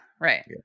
right